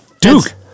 Duke